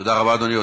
תודה רבה, אדוני.